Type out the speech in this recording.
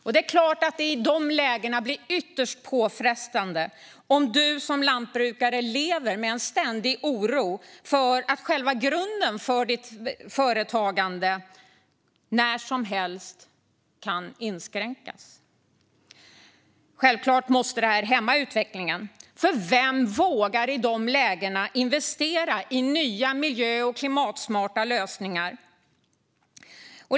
I de lägena blir det förstås ytterst påfrestande om du som lantbrukare lever med en ständig oro för att själva grunden för ditt företagande när som helst kan inskränkas. Självklart måste detta hämma utvecklingen. För vem vågar i de lägena investera i nya miljö och klimatsmarta lösningar?